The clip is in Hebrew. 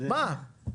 כן או לא.